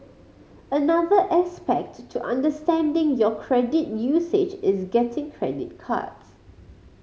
another aspect to understanding your credit usage is getting credit cards